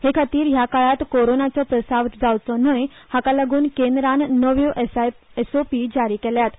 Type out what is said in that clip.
हे खातीर ह्या काळांत कोरोनाचो प्रसार जावचो न्हय हाका लागून केंद्रन नव्यो एसओपी जारी केल्यात